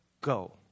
go